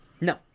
No